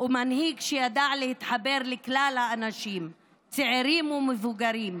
ומנהיג שידע להתחבר לכלל האנשים, צעירים ומבוגרים,